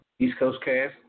eastcoastcast